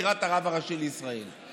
בחירת הרב הראשי לישראל,